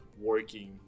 working